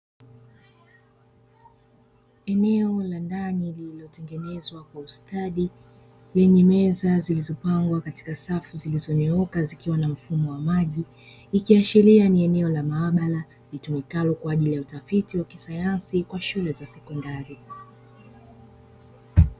Eneo la ndani lililotengenezwa kwa ustadi, lenye meza zilizopangwa katika safu zilizonyooka, zikiwa na mfumo wa maji. Ikiashiria ni eneo la maabara likitumikalo kwa ajili ya tafiti za kisayansi katika shule za sekondari.